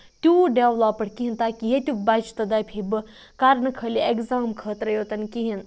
تیوٗت دیولَپٕڈ کیٚنہہ تاکہِ ییٚتیُک بَچہِ تہِ دَپہِ ہے بہٕ کرٕ نہٕ خٲلی اٮ۪گزام خٲطرٕے یوتن کِہیٖنۍ